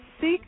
Seek